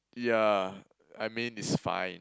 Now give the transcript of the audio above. ya I mean it's fine